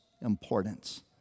importance